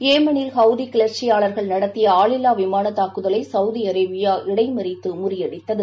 ஏமனில் ஹவுதிகிளர்ச்சியாளர்கள் நடத்திய ஆளில்லாவிமானத்தாக்குதலைசவுதி அரேபியா இடைமறித்துமுறியடித்தது